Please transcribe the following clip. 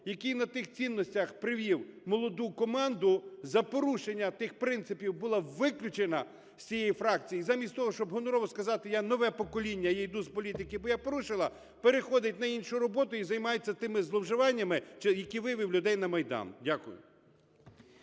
який на тих цінностях привів молоду команду, за порушення тих принципів була виключена з цієї фракції. Замість того, щоб гонорово сказати: я – нове покоління, я іду з політики, бо я порушила, - переходить на іншу роботу і займається тими зловживаннями, які вивели людей на Майдан. Дякую.